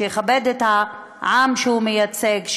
שיכבד את העם שהוא מייצג,